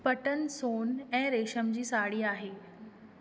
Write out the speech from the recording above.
पट्टन सोनु ऐं रेशम जी साड़ी आहे